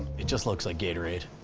it just looks like gatorade.